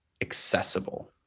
accessible